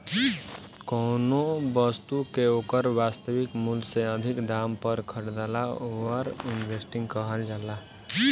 कौनो बस्तु के ओकर वास्तविक मूल से अधिक दाम पर खरीदला ओवर इन्वेस्टिंग कहल जाला